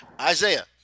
Isaiah